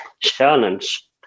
challenge